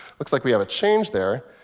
looks like we have a change there.